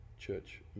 church